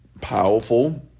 powerful